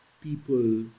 people